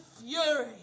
fury